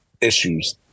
issues